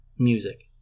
music